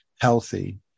healthy